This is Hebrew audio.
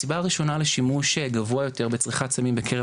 הסיבה הראשונה לשימוש גבוה יותר וצריכת סמים בקרב